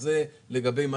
זה לגבי מה